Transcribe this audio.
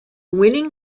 winning